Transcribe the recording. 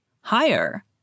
higher